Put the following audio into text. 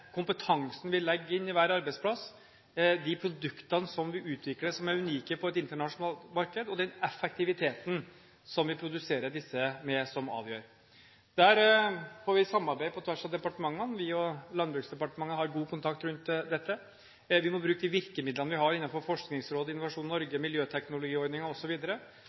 kompetansen vi legger inn i hver arbeidsplass, de produktene vi utvikler som er unike på et internasjonalt marked, og den effektiviteten som vi produserer disse med, som avgjør. Der får vi samarbeide på tvers av departementene. Vi og Landbruksdepartementet har god kontakt rundt dette. Vi må bruke de virkemidlene vi har innenfor Forskningsrådet, Innovasjon Norge,